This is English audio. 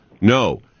No